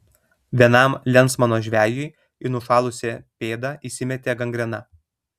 vienam lensmano žvejui į nušalusią pėdą įsimetė gangrena